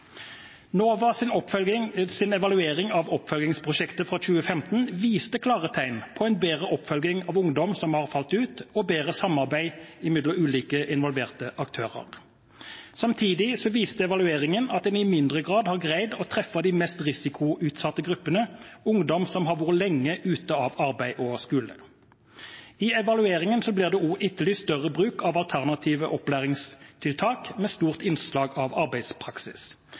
evaluering av oppfølgingsprosjektet fra 2015 viste klare tegn på en bedre oppfølging av ungdom som har falt ut, og bedre samarbeid mellom ulike involverte aktører. Samtidig viste evalueringen at en i mindre grad har greid å treffe de mest risikoutsatte gruppene, ungdom som har vært lenge ute av arbeid og skole. I evalueringen blir det også etterlyst større bruk av alternative opplæringstiltak, med stort innslag av arbeidspraksis.